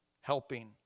helping